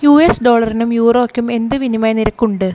U S ഡോളറിനും യൂറോയ്ക്കും എന്ത് വിനിമയ നിരക്കുണ്ട്